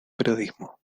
periodismo